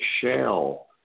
shell